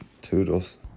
toodles